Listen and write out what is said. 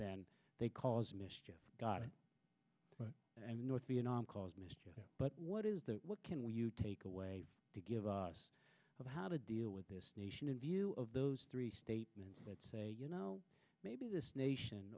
than they cause mischief and north vietnam cause but what is that what can we you take away to give us of how to deal with this nation in view of those three statements that say you know maybe this nation